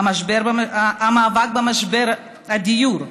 המאבק במשבר הדיור: